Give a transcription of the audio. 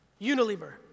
Unilever